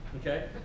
Okay